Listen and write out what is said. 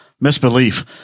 misbelief